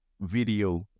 video